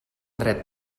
dret